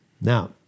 Now